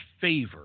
favor